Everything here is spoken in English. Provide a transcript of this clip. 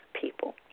people